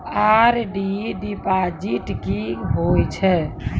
RD deposit की होय छै?